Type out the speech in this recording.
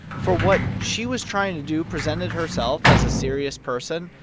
for what she was trying to do, presented herself as a serious person,